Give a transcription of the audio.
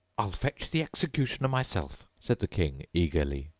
i'll fetch the executioner myself said the king eagerly,